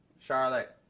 Charlotte